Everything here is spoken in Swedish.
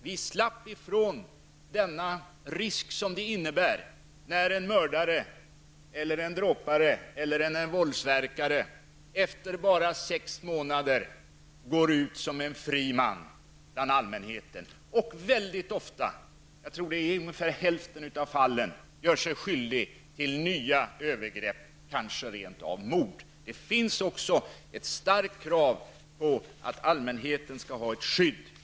Vi slapp ifrån den risk som det innebär när en mördare, en dråpare eller en våldsverkare efter bara sex månader går ut som en fri man bland allmänheten och väldigt ofta -- jag tror att det är i ungefär hälften av fallen gör sig skyldig till nya övergrepp, kanske rent av mord. Det finns ett starkt krav på att allmänheten skall ha ett skydd.